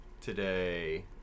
Today